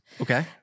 Okay